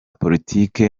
politiki